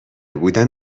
بودن